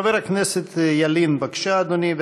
חבר הכנסת ילין, בבקשה, אדוני.